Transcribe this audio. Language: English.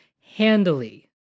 handily